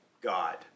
God